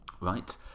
right